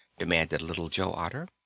demanded little joe otter.